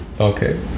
okay